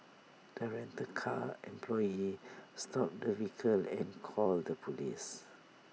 the rental car employee stopped the vehicle and called the Police